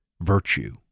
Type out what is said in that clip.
virtue